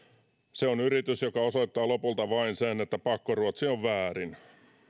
se on yritys joka osoittaa lopulta vain sen että pakkoruotsi on väärin